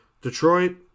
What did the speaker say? Detroit